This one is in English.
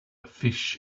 fish